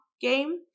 game